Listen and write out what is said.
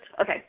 okay